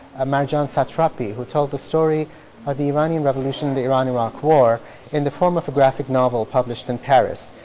ah marjane satrapi who told the story of the iranian revolution, the iran-iraq war in the form of a graphic novel published in paris.